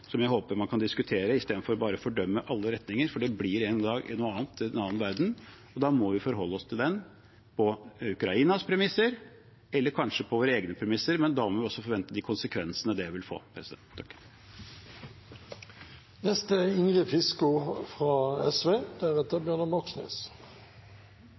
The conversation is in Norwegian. som jeg håper man kan diskutere, istedenfor bare å fordømme i alle retninger. For det blir en dag en annen verden og da må vi forholde oss til den på Ukrainas premisser, eller kanskje på våre egne premisser, men da må vi også forvente de konsekvensene det vil få. Krigen mot Ukraina er